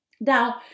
now